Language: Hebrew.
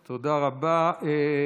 תודה רבה.